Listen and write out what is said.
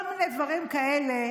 כל מיני דברים כאלה,